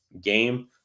game